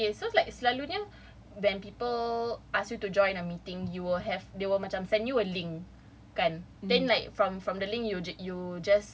okay so like selalunya when people ask you to join a meeting you will have they will macam send you a link kan then like from from the link you you just